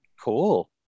Cool